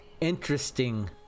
interesting